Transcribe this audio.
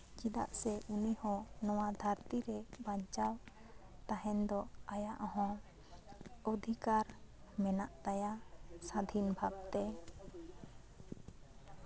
ᱪᱮᱫᱟᱜ ᱥᱮ ᱩᱱᱤᱦᱚᱸ ᱫᱷᱟᱹᱨᱛᱤ ᱨᱮ ᱵᱟᱧᱪᱟᱣ ᱛᱟᱦᱮᱱ ᱫᱚ ᱟᱭᱟᱜ ᱦᱚᱸ ᱚᱫᱷᱤᱠᱟᱨ ᱢᱮᱱᱟᱜ ᱛᱟᱭᱟ ᱥᱟᱫᱷᱤᱱ ᱵᱷᱟᱵᱛᱮ